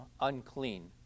unclean